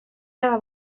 cada